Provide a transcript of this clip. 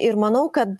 ir manau kad